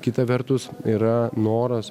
kita vertus yra noras